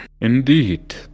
Indeed